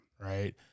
Right